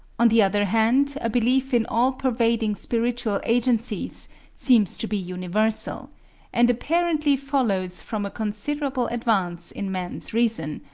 on the other hand a belief in all-pervading spiritual agencies seems to be universal and apparently follows from a considerable advance in man's reason,